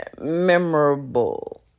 memorable